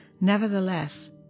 Nevertheless